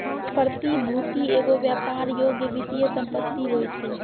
प्रतिभूति एगो व्यापार योग्य वित्तीय सम्पति होय छै